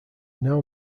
now